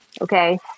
Okay